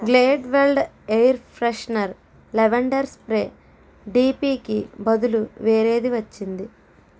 Glade wild air freshener lavender spray డిపికి బదులు వేరేది వచ్చింది